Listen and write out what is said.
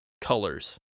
colors